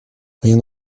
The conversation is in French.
rien